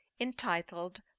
entitled